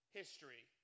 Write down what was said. history